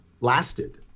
lasted